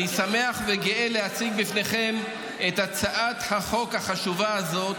אני שמח וגאה להציג בפניכם את הצעת החוק החשובה הזאת,